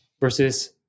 versus